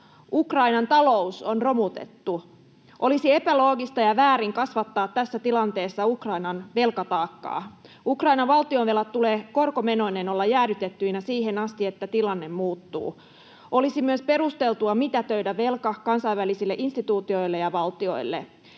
Ukrainan talous on romutettu. Olisi epäloogista ja väärin kasvattaa tässä tilanteessa Ukrainan velkataakkaa. Ukrainan valtionvelkojen tulee korkomenoineen olla jäädytettyinä siihen asti, että tilanne muuttuu. Olisi myös perusteltua mitätöidä velka kansainvälisille instituutioille ja valtioille.